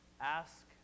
ask